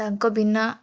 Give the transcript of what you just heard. ତାଙ୍କ ବିନା